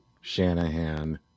Shanahan